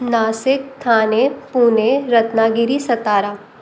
Nashik Thane Pune Ratnagiri Satara